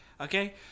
Okay